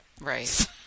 Right